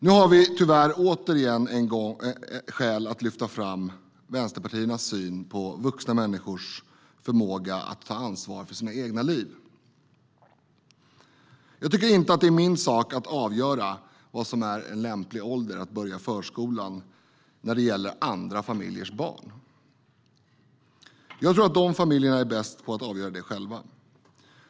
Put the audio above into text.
Nu har vi tyvärr återigen skäl att lyfta fram vänsterpartiernas syn på vuxna människors förmåga att ta ansvar för sina egna liv. Jag tycker inte att det är min sak att avgöra vad som är en lämplig ålder att börja i förskolan när det gäller andra familjers barn. Jag tror att familjerna är bäst på att avgöra det själva.